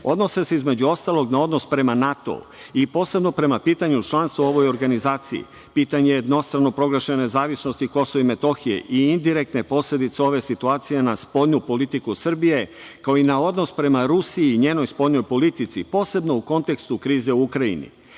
odnose se, između ostalog, na odnos prema NATO i posebno prema pitanju članstva u ovoj organizaciji, pitanje jednostrano proglašene nezavisnosti KiM i indirektne posledice ove situacije na spoljnu politiku Srbije, kao i na odnos prema Rusiji i njenoj spoljnoj politici, posebno u kontekstu krize u Ukrajini. Upravo